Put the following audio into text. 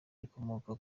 rikomoka